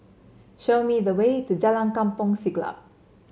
show me the way to Jalan Kampong Siglap